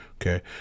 Okay